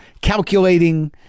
calculating